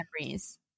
memories